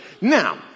Now